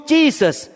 Jesus